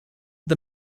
the